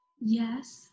yes